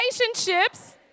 relationships